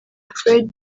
fred